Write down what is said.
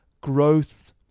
growth